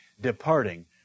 departing